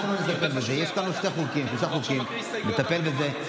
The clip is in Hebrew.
יש לנו שלושה חוקים, ואנחנו נטפל בזה.